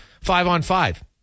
five-on-five